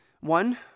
One